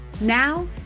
Now